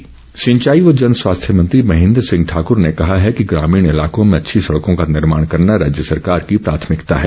महेन्द्र सिंह सिंचाई व जन स्वास्थ्य मंत्री महेन्द्र सिंह ठाकूर ने कहा है कि ग्रामीण इलाकों में अच्छी सड़कों का निर्माण करना राज्य सरकार की प्राथमिकता है